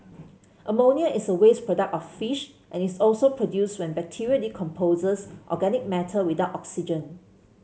ammonia is a waste product of fish and is also produced when bacteria decomposes organic matter without oxygen